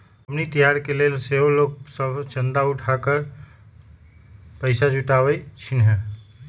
पबनि तिहार के लेल सेहो लोग सभ चंदा उठा कऽ पैसा जुटाबइ छिन्ह